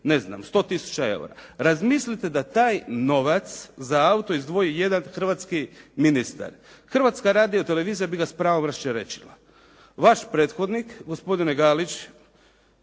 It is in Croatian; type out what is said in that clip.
ne znam 100 tisuća eura. Razmislite da taj novac za auto izdvoji jedan hrvatski ministar. Hrvatska radiotelevizija bi ga s pravom rasčerečila. Vaš prethodnik gospodine Galić,